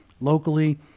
locally